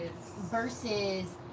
versus